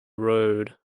road